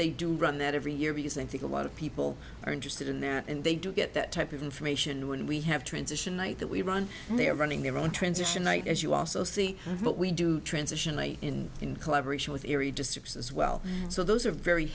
they do run that every year because i think a lot of people are interested in that and they do get that type of information when we have transition night that we run and they are running their own transition night as you also see what we do transitionally in in collaboration with erie districts as well so those are very